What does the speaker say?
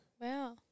wow